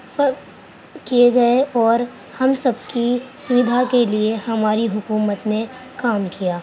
فر کئے گئے اور ہم سب کی سویدھا کے لیے ہماری حکومت نے کام کیا